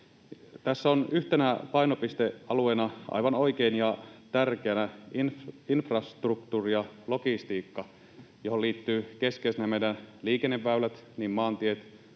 Tässä on yhtenä painopistealueena, aivan oikein ja tärkeänä, infrastruktuuri ja logistiikka, johon liittyvät keskeisenä meidän liikenneväylämme, niin maantiet,